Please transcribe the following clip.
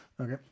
Okay